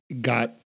got